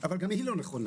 אבל גם היא לא נכונה.